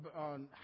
on